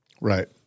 Right